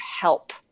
help